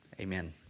Amen